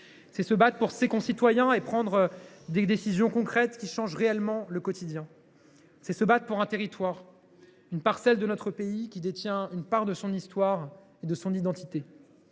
C’est se battre pour ses concitoyens et prendre des décisions concrètes qui changent réellement le quotidien. C’est se battre pour un territoire, une parcelle de notre pays, qui détient une part de son histoire et de son identité.